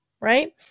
right